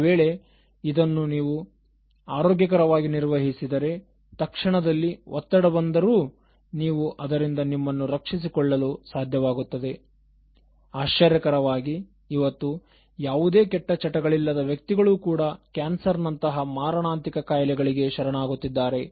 ಒಂದು ವೇಳೆ ಇದನ್ನು ನೀವು ಆರೋಗ್ಯಕರವಾಗಿ ನಿರ್ವಹಿಸಿದರೆ ತಕ್ಷಣದಲ್ಲಿ ಒತ್ತಡ ಬಂದರೂ ನೀವು ಅದರಿಂದ ನಿಮ್ಮನ್ನು ರಕ್ಷಿಸಿಕೊಳ್ಳಲು ಸಾಧ್ಯವಾಗುತ್ತದೆ ಆಶ್ಚರ್ಯಕರವಾಗಿ ಇವತ್ತು ಯಾವುದೇ ಕೆಟ್ಟ ಚಟಗಳಿಲ್ಲದ ವ್ಯಕ್ತಿಗಳು ಕೂಡ ಕ್ಯಾನ್ಸರ್ ನಂತರ ಮಾರಣಾಂತಿಕ ಕಾಯಿಲೆಗಳಿಗೆ ಶರಣಾಗುತ್ತಿದ್ದಾರೆ